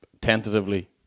tentatively